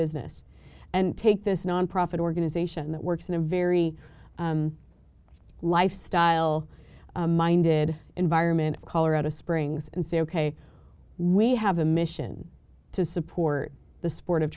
business and take this nonprofit organization that works in a very lifestyle minded environment of colorado springs and say ok we have a mission to support the sport of